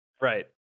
Right